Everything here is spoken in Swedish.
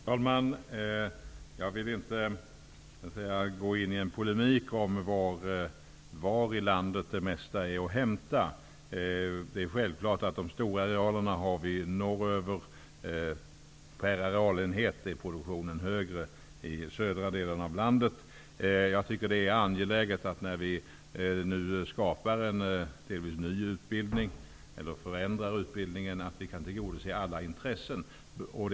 Herr talman! Jag vill inte gå i polemik om var i landet det mesta finns att hämta. De stora arealerna finns självfallet norröver. Men per arealenhet är produktionen högre i de södra delarna av landet. När vi nu skapar en delvis ny utbildning och därmed förändrar utbildningen är det angeläget att alla intressen kan tillgodoses.